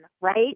right